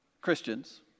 Christians